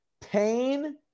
pain